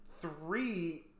three